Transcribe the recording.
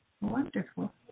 Wonderful